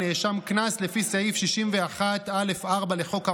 על נאשם קנס לפי סעיף 61(א)(4) לחוק העונשין,